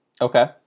Okay